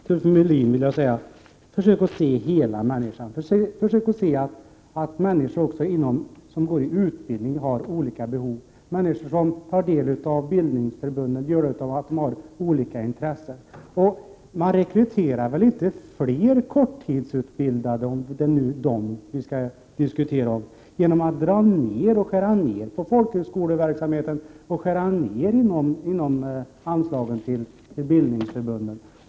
Herr talman! Jag vill be Ulf Melin att försöka se hela människan. Försök att se att även människor som befinner sig i utbildning har olika behov. Människor som vänder sig till bildningsförbunden har olika intressen. Man rekryterar väl inte fler korttidsutbildade, om det nu är den kategorin som vi skall diskutera, genom att skära ned folkhögskoleverksamheten och minska anslagen till bildningsförbunden.